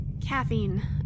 Caffeine